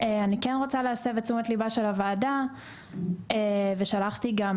אני כן רוצה להסב את תשומת ליבה של הוועדה ושלחתי גם